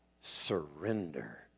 surrender